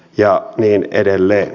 ja niin edelleen